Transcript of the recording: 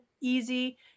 easy